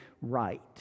right